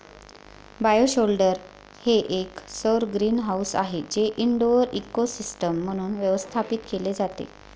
bioshelter हे एक सौर ग्रीनहाऊस आहे जे इनडोअर इकोसिस्टम म्हणून व्यवस्थापित केले जाते